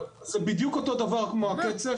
זה בדיוק אותו דבר כמו הקצף,